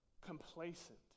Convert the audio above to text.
complacent